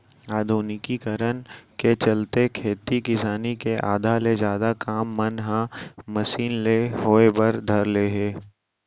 आधुनिकीकरन के चलते खेती किसानी के आधा ले जादा काम मन ह मसीन ले होय बर धर ले हे